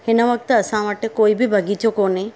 हिन वक़्ति असां वटि कोई बि ॿगीचो कोने